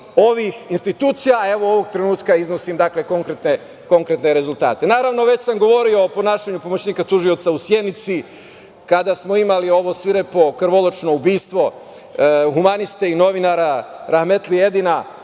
ovih institucija, evo, ovog trenutka iznosim dakle, konkretne rezultate. Naravno, već sam govorio o ponašanju pomoćnika tužioca u Sjenici kada smo imali ovo svirepo, krvoločno ubistvo, humaniste i novinara, rahmetli Edina